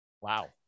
Wow